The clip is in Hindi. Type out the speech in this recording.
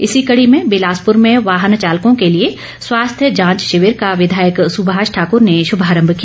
इसी कड़ी में बिलासपुर में वाहन चालकों के लिए स्वास्थ्य जांच शिाविर का विधायक सुभाश ठाकुर ने भार्भारंभ किया